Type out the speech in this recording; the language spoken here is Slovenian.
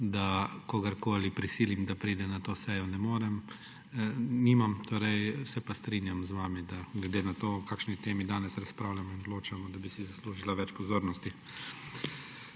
da kogarkoli prisilim, da pride na to sejo, ne morem, nimam torej, se pa strinjam z vami, da glede na to, o kakšni temi danes razpravljamo in odločamo, da bi si zaslužila več pozornosti.